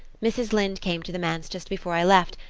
mrs. lynde came to the manse just before i left,